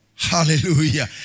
Hallelujah